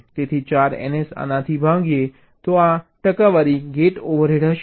તેથી 4 ns આનાથી ભાગીએ તો આ ટકાવારી ગેટ ઓવરહેડ હશે